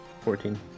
fourteen